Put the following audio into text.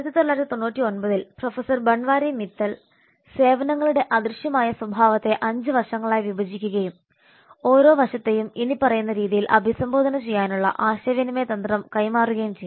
1999 ൽ പ്രൊഫസർ ബൻവാരി മിത്തൽ സേവനങ്ങളുടെ അദൃശ്യമായ സ്വഭാവത്തെ അഞ്ച് വശങ്ങളായി വിഭജിക്കുകയും ഓരോ വശത്തെയും ഇനിപ്പറയുന്ന രീതിയിൽ അഭിസംബോധന ചെയ്യാനുള്ള ആശയവിനിമയ തന്ത്രം കൈമാറുകയും ചെയ്തു